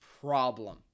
problem